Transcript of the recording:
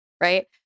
right